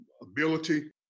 ability